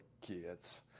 kids